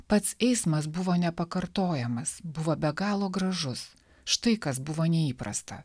pats eismas buvo nepakartojamas buvo be galo gražus štai kas buvo neįprasta